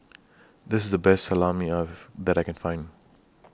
This IS The Best Salami that I Can Find